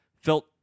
felt